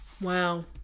Wow